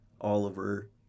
Oliver